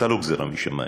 אתה לא גזירה משמים,